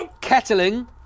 Kettling